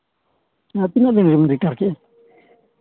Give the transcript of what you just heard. ᱟᱨ ᱛᱤᱱᱟᱹᱜ ᱫᱤᱱ ᱨᱮᱵᱤᱱ ᱨᱤᱴᱟᱲ ᱠᱮᱫᱼᱟ